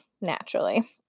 naturally